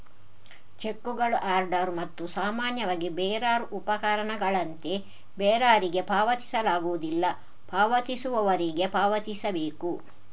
ಚೆಕ್ಕುಗಳು ಆರ್ಡರ್ ಮತ್ತು ಸಾಮಾನ್ಯವಾಗಿ ಬೇರರ್ ಉಪಪಕರಣಗಳಂತೆ ಬೇರರಿಗೆ ಪಾವತಿಸಲಾಗುವುದಿಲ್ಲ, ಪಾವತಿಸುವವರಿಗೆ ಪಾವತಿಸಬೇಕು